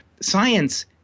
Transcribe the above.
science